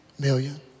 million